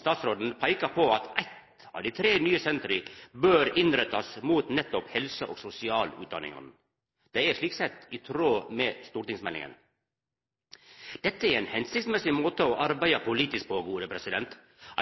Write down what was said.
statsråden peikar på at eitt av dei tre nye sentra bør innrettast mot nettopp helse- og sosialutdanningane. Det er slik sett i tråd med stortingsmeldinga. Dette er ein hensiktsmessig måte å arbeida politisk på.